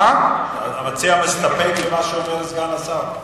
המציע מסתפק במה שסגן השר אומר?